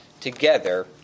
together